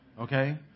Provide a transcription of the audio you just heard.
okay